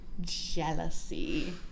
Jealousy